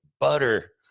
butter